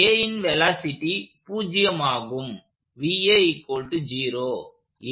Aன் velocity பூஜ்யம் ஆகும்